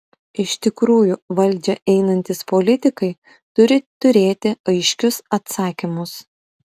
iš tikrųjų valdžią einantys politikai turi turėti aiškius atsakymus